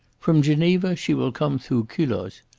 from geneva she will come through culoz.